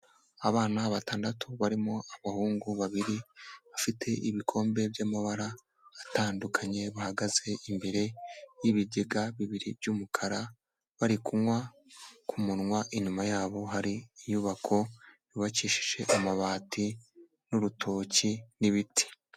Abana batandatu barimo abahungu babiri bafite ibikombe by'amabara atandukanye bahagaze imbere y'ibigega bibiri by'umukara bari kunywa ku munwa, inyuma yabo hari inyubako yubakishije amabati, urutoki n'ibiti.